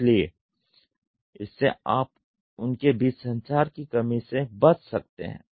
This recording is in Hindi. इसलिए इससे आप उनके बीच संचार की कमी से बच सकते हैं